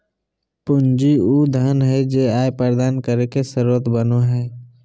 पूंजी उ धन हइ जे आय प्रदान करे के स्रोत बनो हइ